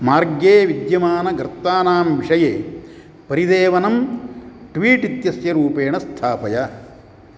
मार्गे विद्यमानगर्तानां विषये परिदेवनं ट्वीट् इत्यस्य रूपेण स्थापय